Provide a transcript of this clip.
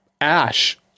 Ash